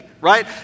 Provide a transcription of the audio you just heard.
right